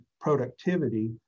productivity